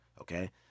okay